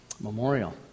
memorial